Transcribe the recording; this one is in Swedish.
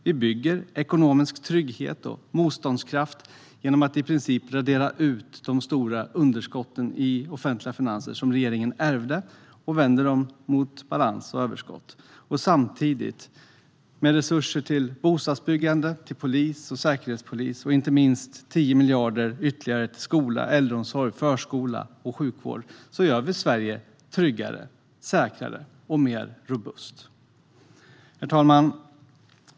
Vi bygger ekonomisk trygghet och motståndskraft genom att i princip radera ut de stora underskott i offentliga finanser som regeringen ärvde och vända dem mot balans och överskott. Samtidigt, med resurser till bostadsbyggande, till polis och säkerhetspolis och inte minst med 10 miljarder ytterligare till skola, äldreomsorg, förskola och sjukvård, gör vi Sverige tryggare, säkrare och mer robust. Herr talman!